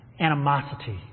animosity